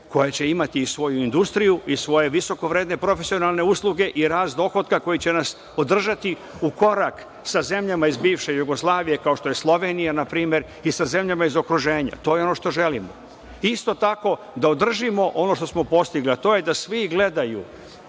koja će imati i svoju industriju i svoje visoko vredne profesionalne usluge i rast dohotka koji će nas održati u korak sa zemljama iz bivše Jugoslavije, kao što je Slovenija, na primer, i sa zemljama iz okruženja, to je ono što želimo. Isto tako, da održimo ono što smo postigli, a to je da svi gledaju